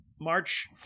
March